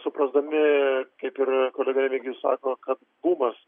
suprasdami kaip ir kolega remigijus sako kad bumas